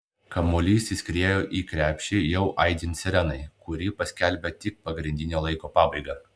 kamuolys įskriejo į krepšį jau aidint sirenai kuri paskelbė tik pagrindinio laiko pabaigą